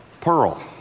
pearl